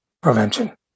prevention